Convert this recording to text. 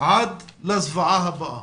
עד לזוועה הבאה.